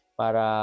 para